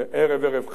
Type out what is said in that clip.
ערב ערב חג,